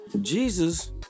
Jesus